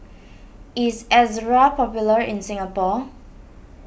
is Ezerra popular in Singapore